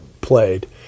played